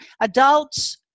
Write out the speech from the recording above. adults